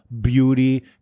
beauty